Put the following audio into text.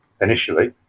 initially